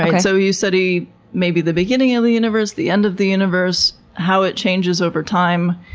so you study maybe the beginning of the universe, the end of the universe, how it changes over time.